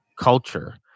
culture